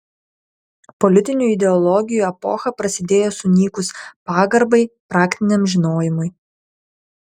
politinių ideologijų epocha prasidėjo sunykus pagarbai praktiniam žinojimui